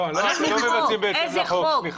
לא, אתם לא מבצעים בהתאם לחוק, סליחה.